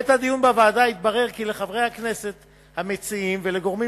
בעת הדיון בוועדה התברר כי לחברי הכנסת המציעים ולגורמים